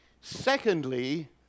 Secondly